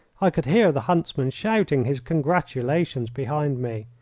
i could hear the huntsman shouting his congratulations behind me.